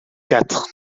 quatre